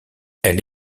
elle